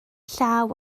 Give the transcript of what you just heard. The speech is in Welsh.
llaw